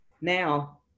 now